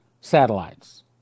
Satellites